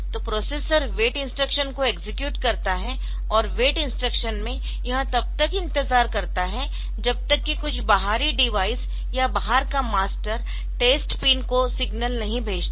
तो processor wait instruction को execute करता है और वेट इंस्ट्रक्शन में यह तब तक इंतजार करता है जब तक कि कुछ बाहरी डिवाइस या बाहर का मास्टरटेस्ट पिन को सिग्नल नहीं भेजता